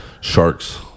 Sharks